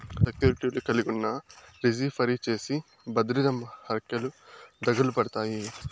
సెక్యూర్టీలు కలిగున్నా, రిజీ ఫరీ చేసి బద్రిర హర్కెలు దకలుపడతాయి